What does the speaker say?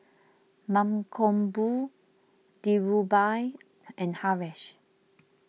Mankombu Dhirubhai and Haresh